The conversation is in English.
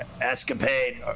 escapade